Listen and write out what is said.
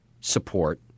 support